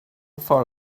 far